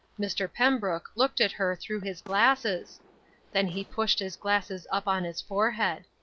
mr. pembrook looked at her through his glasses then he pushed his glasses up on his forehead.